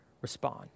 respond